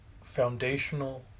foundational